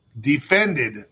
defended